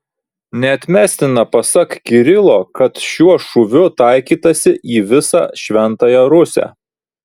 neatmestina pasak kirilo kad šiuo šūviu taikytasi į visą šventąją rusią